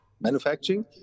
manufacturing